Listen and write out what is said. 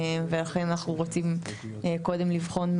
ולכן אנחנו גם רוצים קודם לבחון את